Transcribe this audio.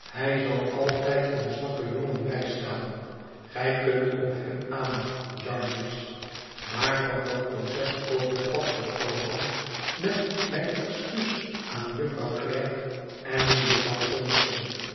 hij zal altijd een zwakken jongen bijstaan gij kunt op hem aan jarndyce maar van dat proces over het pad gesproken met mijn excuus aan jufvrouw clare en jufvrouw summerson